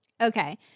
Okay